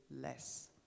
less